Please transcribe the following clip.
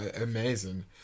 amazing